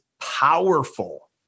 powerful